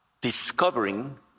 discovering